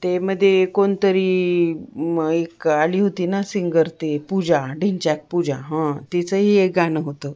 ते मध्ये कोणतरी एक आली होती ना सिंगर ते पूजा ढिंच्याक पूजा हां तिचंही एक गाणं होतं